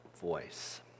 voice